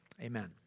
Amen